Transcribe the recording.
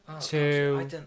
two